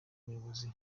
muyobozi